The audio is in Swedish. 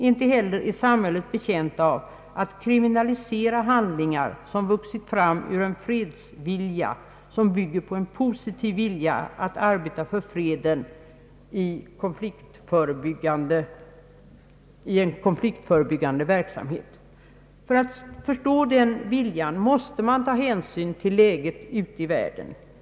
Inte heller är samhället betjänt av att kriminalisera handlingar som vuxit fram ur en fredsvilja, som bygger på en positiv vilja att arbeta i en konfliktförebyggande verksamhet. För att förstå den viljan måste man ta hänsyn till läget ute i världen.